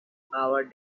our